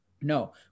No